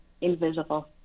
invisible